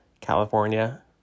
California